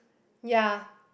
ya